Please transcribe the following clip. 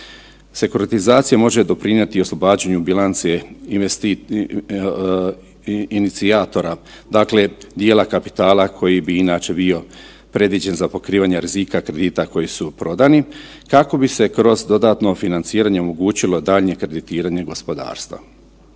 Sekuritizacija može doprinijeti i oslobađanju bilance inicijatora, dakle, dijela kapitala koji bi inače bio predviđen za pokrivanje rizika kredita koji su prodani, kako bi se kroz dodatno financiranje omogućilo daljnje kreditiranje gospodarstva.